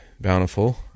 Bountiful